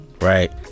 right